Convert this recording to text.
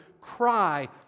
Cry